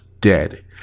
dead